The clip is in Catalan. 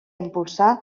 impulsar